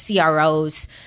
CROs